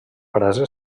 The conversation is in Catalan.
frase